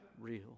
real